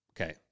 okay